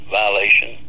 violation